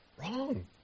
wrong